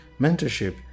Mentorship